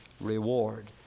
reward